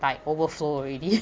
like overflow already